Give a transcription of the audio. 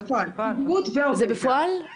זה בפועל.